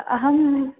अहम्